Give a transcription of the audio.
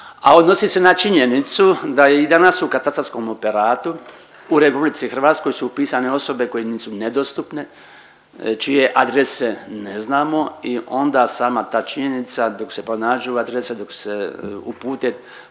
a odnosi se na činjenicu da je i danas u katastarskom operatu u Republici Hrvatskoj su upisane osobe koje nisu nedostupne, čije adrese ne znamo i onda sama ta činjenica dok se pronađu adrese, dok se upute